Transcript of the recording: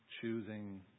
Choosing